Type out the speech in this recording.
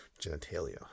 genitalia